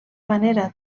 manera